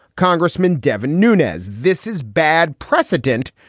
congressman devin nunez. this is bad precedent.